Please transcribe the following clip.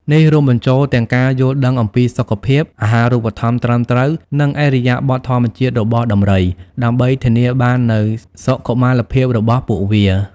នេះរួមបញ្ចូលទាំងការយល់ដឹងអំពីសុខភាព អាហារូបត្ថម្ភត្រឹមត្រូវ និងឥរិយាបថធម្មជាតិរបស់ដំរី ដើម្បីធានាបាននូវសុខុមាលភាពរបស់ពួកវា។